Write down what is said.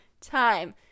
time